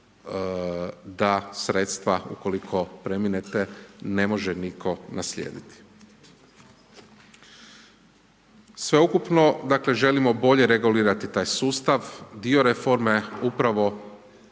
da sredstva ukoliko preminete ne može nitko naslijediti. Sveukupno dakle želimo bolje regulirati taj sustav, dio reforme upravo